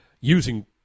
using